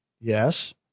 Yes